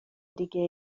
دیگه